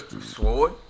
sword